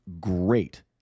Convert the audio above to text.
great